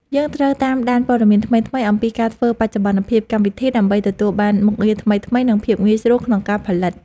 យើងត្រូវតាមដានព័ត៌មានថ្មីៗអំពីការធ្វើបច្ចុប្បន្នភាពកម្មវិធីដើម្បីទទួលបានមុខងារថ្មីៗ និង ភាពងាយស្រួលក្នុងការផលិត។